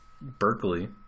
Berkeley